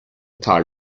tal